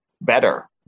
better